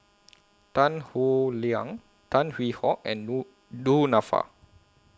Tan Howe Liang Tan Hwee Hock and Du Du Nanfa